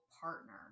partner